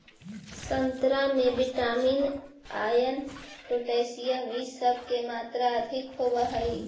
संतरा में vitamin, iron, potassium इ सब के मात्रा अधिक होवऽ हई